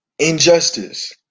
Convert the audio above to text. Injustice